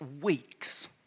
weeks